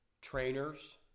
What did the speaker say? trainers